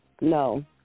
No